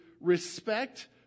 respect